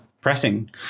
pressing